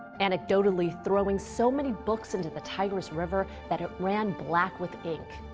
anecdotally throwing so many books into the tigris river that it ran black with ink.